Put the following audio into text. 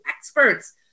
experts